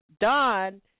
Don